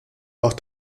auch